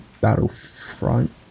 Battlefront